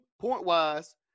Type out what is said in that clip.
point-wise